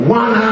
one